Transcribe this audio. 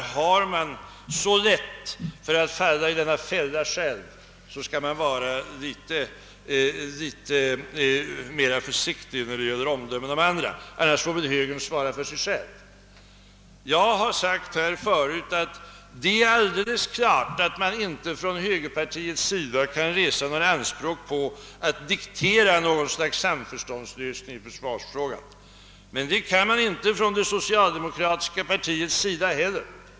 Har man så lätt för att falla i en dylik argumentation skall man vara litet mera försiktig när det gäller omdömen om andra. I övrigt får väl högern svara för sig själv. Jag har här förut sagt att det är alldeles klart att man från högerpartiet inte kan resa några anspråk på att diktera något slags samförståndslösning i försvarsfrågan. Men det kan man inte från det socialdemokratiska partiet heller.